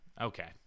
okay